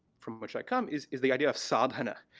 from which i come is is the idea of sadhana,